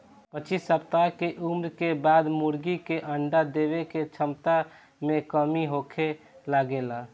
पच्चीस सप्ताह के उम्र के बाद मुर्गी के अंडा देवे के क्षमता में कमी होखे लागेला